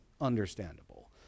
understandable